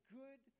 good